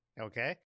Okay